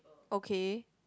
okay